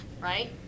right